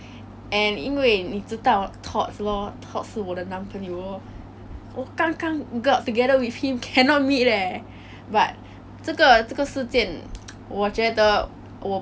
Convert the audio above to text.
像我的哥哥一样他也是刚刚结婚也是不可以见他的老婆因为 the wife is in Vietnam and he he actually err got married in Vietnam